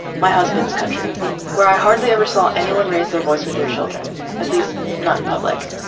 my husband's country where i hardly ever saw anyone raise their voice with their children. at least not in public.